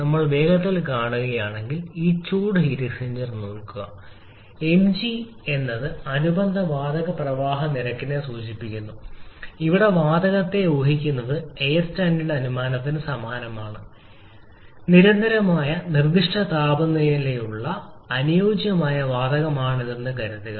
ഞങ്ങൾ വേഗത്തിൽ കാണുകയാണെങ്കിൽ ഈ ചൂട് എക്സ്ചേഞ്ചർ നോക്കുക mg എന്നത് അനുബന്ധ വാതക പ്രവാഹ നിരക്കിനെ സൂചിപ്പിക്കുന്നു ഇവിടെ വാതകത്തെ ഊഹിക്കുന്നത് എയർ സ്റ്റാൻഡേർഡ് അനുമാനത്തിന് സമാനമാണ് നിരന്തരമായ നിർദ്ദിഷ്ട താപമുള്ള അനുയോജ്യമായ വാതകമാണിതെന്ന് കരുതുക